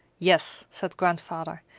yes, said grandfather,